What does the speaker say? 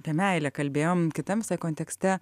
apie meilę kalbėjom kitam visai kontekste